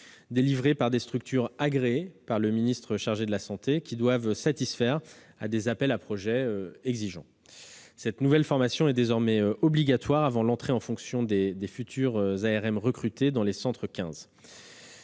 délivrée par des structures agréées par le ministère chargé de la santé, qui doivent satisfaire à des appels à projets exigeants. Cette nouvelle formation est désormais obligatoire avant l'entrée en fonctions des futurs ARM recrutés dans les centres 15.